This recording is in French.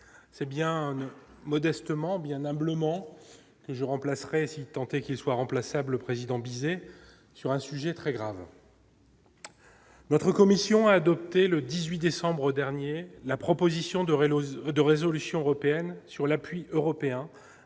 c'est bien modestement bien humblement je remplacerai si tant est qu'ils soient remplaçable président Bizet sur un sujet très grave. Notre commission a adopté le 18 décembre dernier la proposition de lose de résolution européenne sur l'appui européen